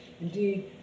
Indeed